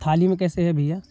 थाली में कैसे है भैया